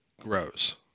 grows